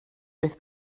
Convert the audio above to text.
beth